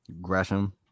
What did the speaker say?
Gresham